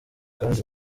kandi